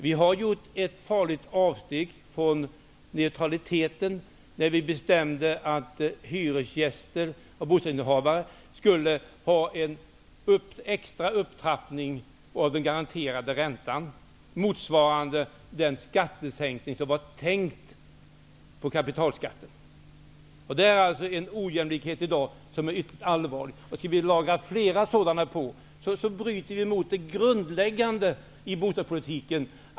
Vi har gjort ett farligt avsteg från neutraliteten när vi bestämde att hyresgäster och bostadsrättsinnehavare skulle ha en extra upptrappning av den garanterade räntan, motsvarande den skattesänkning som var tänkt på kapitalskatten. Det är en ojämlikhet i dag som är ytterst allvarlig. Om vi åstadkommer flera sådana, bryter vi mot det grundläggande i bostadspolitiken.